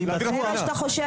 זה מה שאתה חושב?